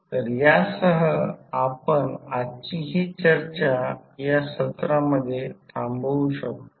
तर यासह आपण आजची ही चर्चा या सत्रामध्ये थांबवु शकतो